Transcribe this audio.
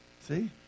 See